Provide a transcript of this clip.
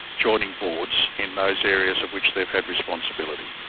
joining boards in those areas of which they've had responsibility.